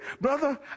Brother